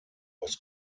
was